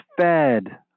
fed